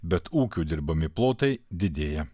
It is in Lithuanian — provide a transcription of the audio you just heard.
bet ūkių dirbami plotai didėja